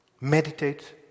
Meditate